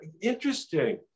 Interesting